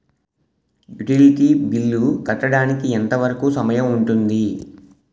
Utility bill కట్టడానికి ఎంత వరుకు సమయం ఉంటుంది?